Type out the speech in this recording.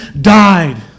died